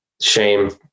Shame